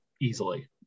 easily